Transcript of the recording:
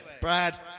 Brad